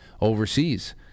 overseas